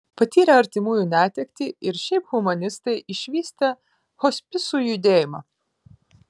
patyrę artimųjų netektį ir šiaip humanistai išvystė hospisų judėjimą